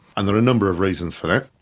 and there are a number of reasons for that,